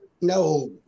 No